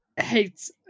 Hates